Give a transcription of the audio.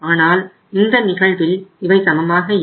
ஆனால் இந்த நிகழ்வில் இவை சமமாக இல்லை